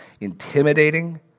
intimidating